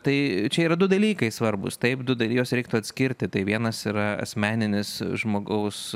tai čia yra du dalykai svarbūs taip du da juos reiktų atskirti tai vienas yra asmeninis žmogaus